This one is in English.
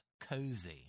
cozy